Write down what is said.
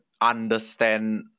understand